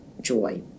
joy